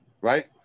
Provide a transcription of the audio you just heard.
right